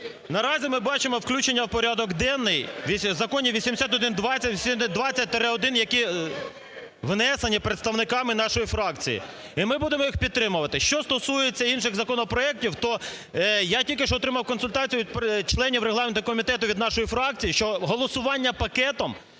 наразі ми бачимо включення в порядок денний законів 8120, 8120-1, які внесені представниками нашої фракції, і ми будемо їх підтримувати. Що стосується інших законопроектів, то я тільки що отримав консультацію від членів регламентного комітету, від нашої фракції, що голосування пакетом